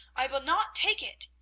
i will not take it!